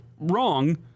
wrong